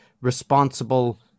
responsible